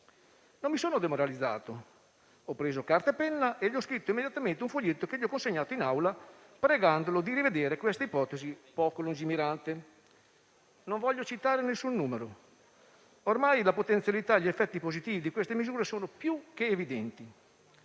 Non mi sono demoralizzato: ho preso carta e penna e gli ho scritto immediatamente un foglietto che gli ho consegnato in Aula, pregandolo di rivedere questa ipotesi poco lungimirante. Non intendo citare alcun numero. Ormai le potenzialità e gli effetti positivi di queste misure sono più che evidenti.